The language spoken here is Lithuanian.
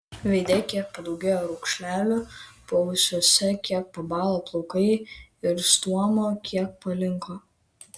veide kiek padaugėjo raukšlelių paausiuose kiek pabalo plaukai ir stuomuo kiek palinko